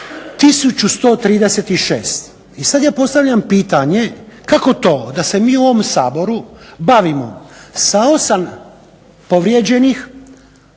1136. I sad ja postavljam pitanje kako to da se mi u ovom Saboru bavimo sa osam povrijeđenim